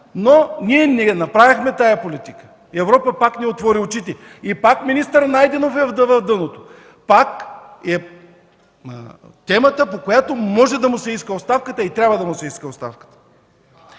но ние не направихме тази политика. Европа пак ни отвори очите. Пак министър Найденов е в дъното. Това пак е тема, по която може да му се иска оставка и трябва да му се иска оставката.